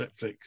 Netflix